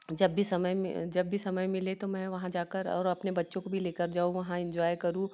जब भी समय मि जब भी समय मिले तो मैं वहाँ जाकर और अपने बच्चों को भी लेकर जाऊँ वहाँ इंजॉय करूँ